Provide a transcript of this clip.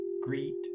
greet